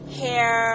hair